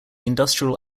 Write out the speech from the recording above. industrial